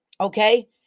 Okay